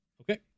Okay